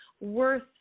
worth